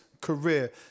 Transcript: career